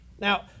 Now